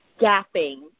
gapping